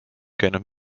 käinud